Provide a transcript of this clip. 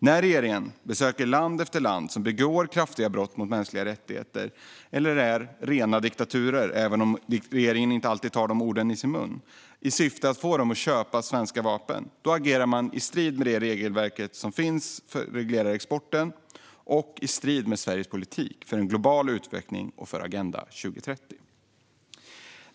När regeringen besöker land efter land som begår kraftiga brott mot mänskliga rättigheter eller är rena diktaturer, även om regeringen inte alltid tar det ordet i sin mun, i syfte att få dem att köpa svenska vapen agerar man i strid med det regelverk som finns för att reglera exporten och i strid med Sveriges politik för global utveckling och Agenda 2030.